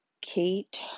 Kate